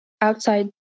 outside